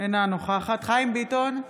אינה נוכחת חיים ביטון,